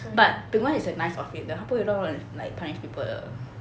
but bing wen is a nice officer 他不会乱乱 like punish people 的